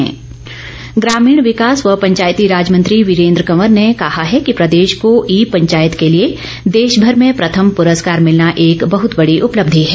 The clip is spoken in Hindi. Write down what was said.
वीरेन्द्र कंवर ग्रामीण विकास व पंचायती राज मंत्री वीरेंद्र कंवर ने कहा है कि प्रदेश को ई पंचायत के लिए देशभर में प्रथम प्रस्कार मिलना एक बहत बड़ी उपलब्धि है